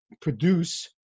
produce